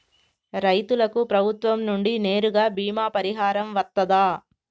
రైతులకు ప్రభుత్వం నుండి నేరుగా బీమా పరిహారం వత్తదా?